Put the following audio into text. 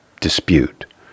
dispute